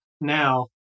now